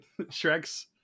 shreks